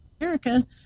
America